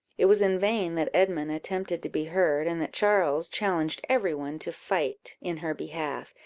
it was in vain that edmund attempted to be heard, and that charles challenged every one to fight in her behalf,